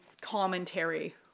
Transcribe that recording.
commentary